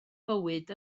bywyd